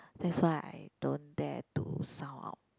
that's why I don't dare to sound out